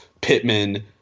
Pittman